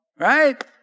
Right